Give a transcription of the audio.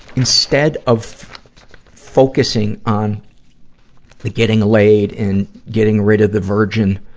instead of focusing on the getting laid and getting rid of the virgin,